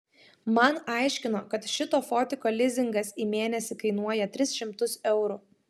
man aiškino kad šito fotiko lizingas į mėnesį kainuoja tris šimtus eurų